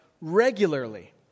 regularly